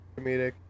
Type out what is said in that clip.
comedic